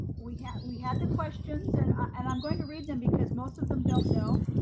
we had we had the questions, and and i'm going to read them because most of them don't know.